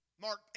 Mark